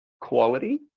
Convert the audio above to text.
quality